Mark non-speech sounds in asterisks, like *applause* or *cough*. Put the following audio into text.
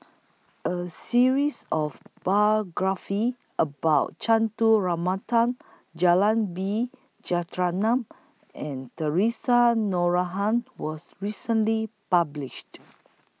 A series of biographies about *unintelligible* Ramanathan *unintelligible* B Jeyaretnam and Theresa Noronha was recently published